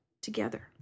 Together